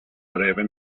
breve